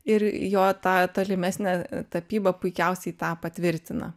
ir jo ta tolimesnė tapyba puikiausiai tą patvirtina